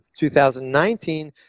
2019